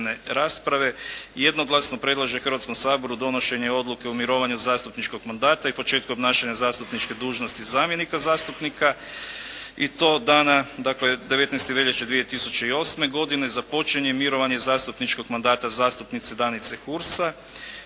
jednoglasno predlaže Hrvatskom saboru donošenje odluke o mirovanju zastupničkog mandata i početku obnašanja zastupničke dužnosti zamjenika zastupnika i to dana, dakle 19. veljače 2008. godine započinje mirovanje zastupničkog mandata zastupnice Danice Hursa